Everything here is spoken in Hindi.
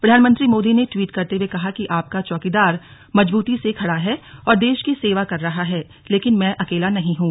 प्रधानमंत्री मोदी ने ट्वीट करते हुए कहा कि आपका चौकीदार मजबूती से खड़ा है और देश की सेवा कर रहा है लेकिन मैं अकेला नहीं हूं